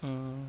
mm